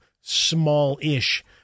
small-ish